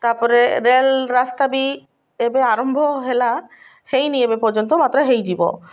ତାପରେ ରେଲ୍ ରାସ୍ତା ବି ଏବେ ଆରମ୍ଭ ହେଲା ହୋଇନି ଏବେ ପର୍ଯ୍ୟନ୍ତ ମାତ୍ର ହୋଇଯିବ